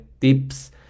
tips